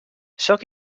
sóc